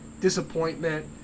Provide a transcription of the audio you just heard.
disappointment